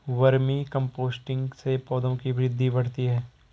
vermi composting से पौधों की वृद्धि बढ़ती है